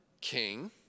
king